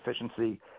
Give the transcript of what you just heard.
efficiency